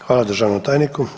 Hvala državnom tajniku.